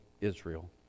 Israel